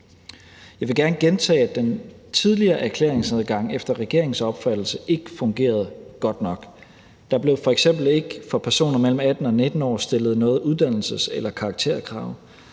Jeg vil gerne gentage, at den tidligere erklæringsadgang efter regeringens opfattelse ikke fungerede godt nok. Der blev f.eks. ikke stillet noget uddannelses- eller karakterkrav